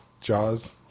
Jaws